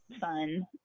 fun